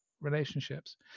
relationships